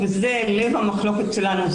וזה לב המחלוקת שלנו,